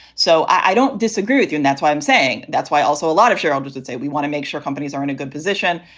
so i don't disagree disagree with you. and that's why i'm saying that's why. also, a lot of shareholders and say we want to make sure companies are in a good position.